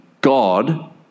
God